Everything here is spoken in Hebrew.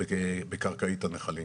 בקרקעית הנחלים.